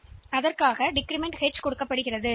எனவே அந்த நோக்கத்திற்காக நாம் எச் குறைக்கிறோம்